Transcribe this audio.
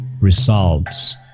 results